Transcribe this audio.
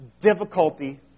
difficulty